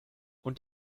und